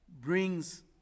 brings